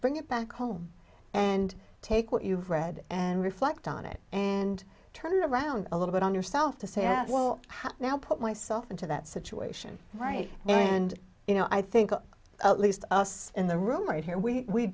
bring it back home and take what you've read and reflect on it and turn it around a little bit on yourself to say i will have now put myself into that situation right now and you know i think at least in the room right here we